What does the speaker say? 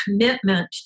commitment